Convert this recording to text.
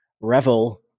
revel